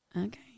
okay